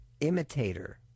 imitator